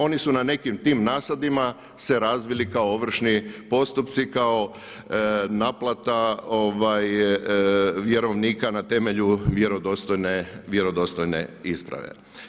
Oni su na nekim tim nasadima se razvili kao ovršni postupci, kao naplata vjerovnika na temelju vjerodostojne isprave.